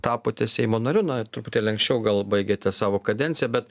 tapote seimo nariu na truputėlį anksčiau gal baigėte savo kadenciją bet